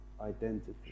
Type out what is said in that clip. identity